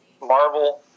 Marvel